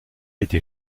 était